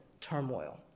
turmoil